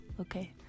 okay